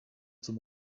zum